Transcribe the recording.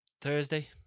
Thursday